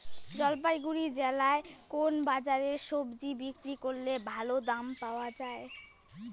জলপাইগুড়ি জেলায় কোন বাজারে সবজি বিক্রি করলে ভালো দাম পাওয়া যায়?